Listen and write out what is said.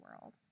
world